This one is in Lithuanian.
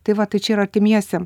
tai va tai čia ir artimiesiem